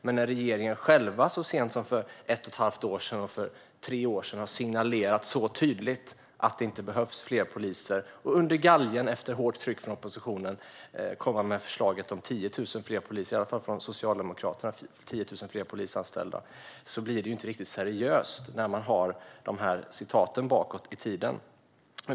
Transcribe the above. Men regeringen själv signalerade så sent som för ett och ett halvt år sedan och för tre år sedan så tydligt att det inte behövs fler poliser, och under galgen, efter hårt tryck från oppositionen, kom man, i alla fall från Socialdemokraterna, med förslaget om 10 000 fler polisanställda. Det blir ju inte riktigt seriöst med tanke på de här citaten bakåt i tiden.